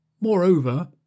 Moreover